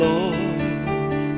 Lord